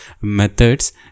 methods